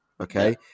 Okay